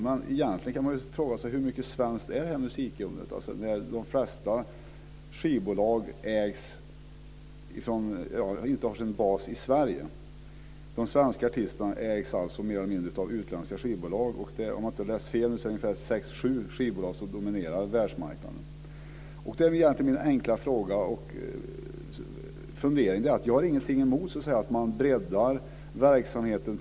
Men egentligen kan man fråga sig hur svenskt musikundret är, när de flesta skivbolagen inte har sin bas i Sverige. De svenska artisterna ägs alltså mer eller mindre av utländska skivbolag. Om jag inte har läst fel är det ungefär sex sju skivbolag som dominerar världsmarknaden. Jag kommer nu till min enkla fråga och fundering. Jag har ingenting emot att man breddar verksamheten.